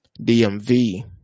DMV